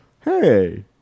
Hey